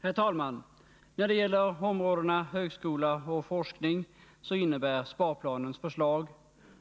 Herr talman! När det gäller områdena högskola och forskning innebär sparplanens förslag